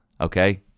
Okay